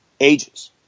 ages